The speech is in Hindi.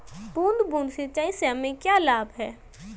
बूंद बूंद सिंचाई से हमें क्या लाभ है?